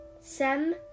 Sam